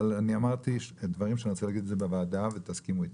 אבל יש דברים שאני רוצה להגיד בוועדה ותסכימו איתי.